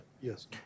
yes